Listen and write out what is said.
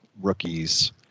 rookies